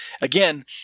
Again